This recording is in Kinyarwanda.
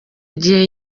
gihe